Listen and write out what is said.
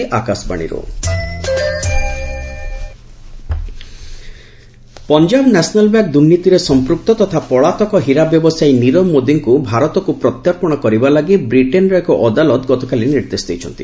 ନିରବ Modi Punjab national bank ଦୁର୍ନୀତିରେ ସମ୍ପୁକ୍ତ ତଥା ପଳାତକ ହୀରା ବ୍ୟବସାୟୀ ନିରବ ମୋଦିଙ୍କୁ ଭାରତକୁ ପ୍ରତ୍ୟାର୍ପଣ କରିବା ଲାଗି ବ୍ରିଟେନ୍ର ଏକ ଅଦାଲତ ଗତକାଲି ନିର୍ଦ୍ଦେଶ ଦେଇଛନ୍ତି